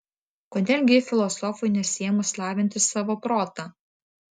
kodėl gi filosofui nesiėmus lavinti savo protą